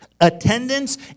attendance